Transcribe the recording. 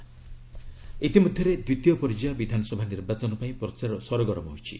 Bihar election ଇତିମଧ୍ୟରେ ଦ୍ୱିତୀୟ ପର୍ଯ୍ୟାୟ ବିଧାନସଭା ନିର୍ବାଚନ ପାଇଁ ପ୍ରଚାର ସରଗରମ ହୋଇଛି